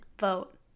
vote